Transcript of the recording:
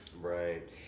right